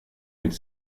mitt